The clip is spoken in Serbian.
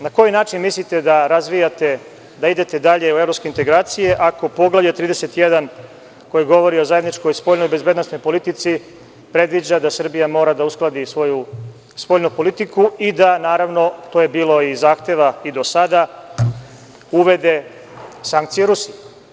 Na koji način mislite da razvijate, da idete dalje u evropske integracije, ako Poglavlje 31, koje govori o zajedničkoj spoljnoj bezbednosnoj politici, predviđa da Srbija mora da uskladi svoju spoljnu politiku i da je, naravno, bilo zahteva i do sada da uvede sankcije Rusiji.